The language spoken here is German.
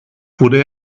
wurde